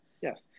Yes